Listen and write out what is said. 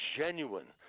genuine –